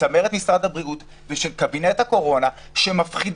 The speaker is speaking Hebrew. צמרת משרד הבריאות ושל קבינט הקורונה שמפחידים,